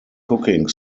cooking